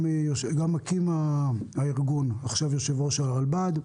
גם את מקים הארגון ועכשיו יושב ראש הרלב"ד,